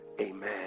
amen